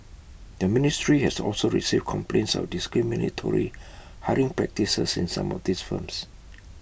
the ministry has also received complaints of discriminatory hiring practices in some of these firms